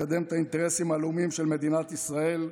לקדם את האינטרסים הלאומיים של מדינת ישראל.